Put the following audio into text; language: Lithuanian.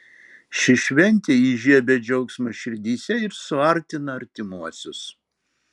ši šventė įžiebia džiaugsmą širdyse ir suartina artimuosius